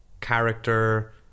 character